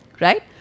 Right